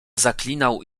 zaklinał